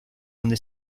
donde